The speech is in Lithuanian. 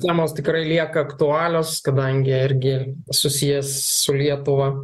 temos tikrai lieka aktualios kadangi irgi susijęs su lietuva